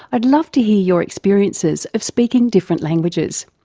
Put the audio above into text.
i'd love to hear your experiences of speaking different languages.